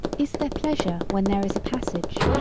is there pleasure when there is a passage,